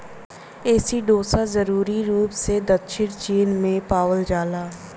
एसिडोसा जरूरी रूप से दक्षिणी चीन में पावल जाला